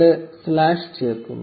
0 slash ചേർക്കുന്നു